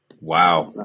wow